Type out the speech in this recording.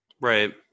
Right